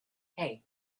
hey